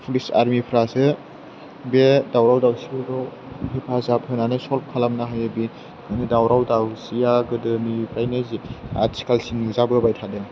police आर्मिफोरासो बे दावराव दावसिफोरखौ हेफाजाब होनानै स'ल्भ खालामनो होयो बे दावराव दावसिया गोदोनिफ्रायनो आथिखालसिम नुजाबोबाय थादों